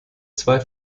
zwei